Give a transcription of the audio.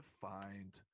find –